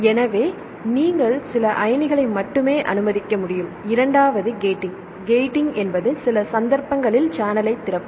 எனவே நீங்கள் சில அயனிகளை மட்டுமே அனுமதிக்க வேண்டும் இரண்டாவது கேட்டிங் கேட்டிங் என்பது சில சந்தர்ப்பங்களில் சேனலைத் திறக்கும்